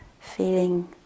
feeling